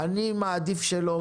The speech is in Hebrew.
אני מעדיף שלא,